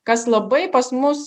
kas labai pas mus